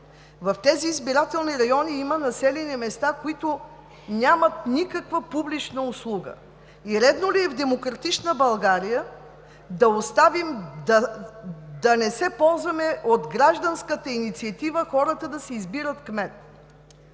В тези избирателни райони има населени места, в които нямат никаква публична услуга. И редно ли е в демократична България да се оставим, да не се ползваме от гражданската инициатива хората да си избират кмет?